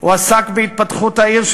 הוא עסק בהתפתחות העיר,